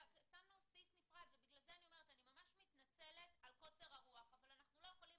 אני ממש מתנצלת על קוצר הרוח אבל אנחנו לא יכולים